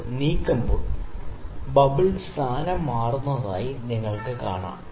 ഇത് നീക്കുമ്പോൾ ബബിൾ സ്ഥാനം മാറ്റുന്നതായി നിങ്ങൾക്ക് കാണാം